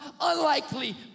unlikely